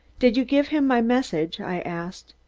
did you give him my message? i asked.